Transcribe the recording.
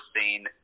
seen